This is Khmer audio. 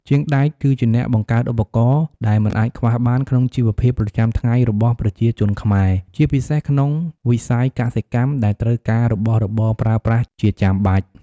ជាងដែកគឺជាអ្នកបង្កើតឧបករណ៍ដែលមិនអាចខ្វះបានក្នុងជីវិតប្រចាំថ្ងៃរបស់ប្រជាជនខ្មែរ ជាពិសេសក្នុងវិស័យកសិកម្ម ដែលត្រូវការរបស់របរប្រើប្រាស់ជាចាំបាច់។